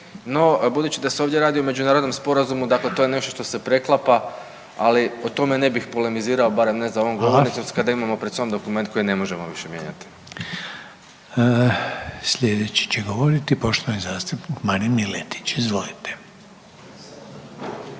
no budući da se ovdje radi o međunarodnom sporazumu dakle to je nešto što se preklapa, ali o tome ne bih polemizirao …/Upadica Reiner: Hvala./… barem ne za ovom govornicom kada imamo pred sobom dokument koji ne možemo više mijenjati. **Reiner, Željko (HDZ)** Slijedeći će govoriti poštovani zastupnik Marin Miletić. Izvolite.